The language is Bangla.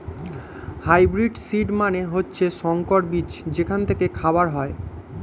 হাইব্রিড সিড মানে হচ্ছে সংকর বীজ যেখান থেকে খাবার হয়